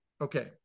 okay